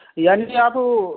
یعنی آپ وہ